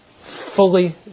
fully